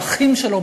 האחים שלו,